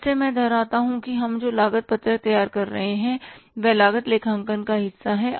फिर से मैं दोहराता हूं कि हम जो लागत पत्रक तैयार कर रहे हैं वह लागत लेखांकन का हिस्सा है